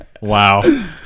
Wow